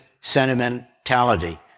sentimentality